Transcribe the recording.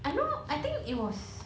I know I think it was